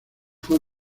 fue